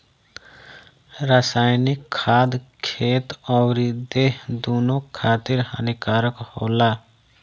रासायनिक खाद खेत अउरी देह दूनो खातिर हानिकारक होला